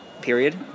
period